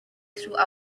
through